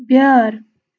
بیٛٲر